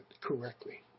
correctly